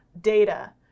Data